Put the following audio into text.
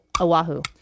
Oahu